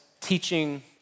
teaching